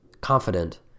confident